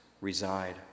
reside